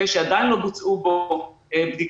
שעדיין לא בוצעו בדיקות,